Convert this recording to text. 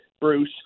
Bruce